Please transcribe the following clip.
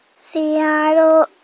Seattle